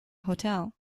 hotel